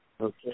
Okay